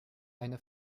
eine